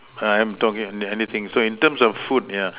I am talking any anything so in terms of food yeah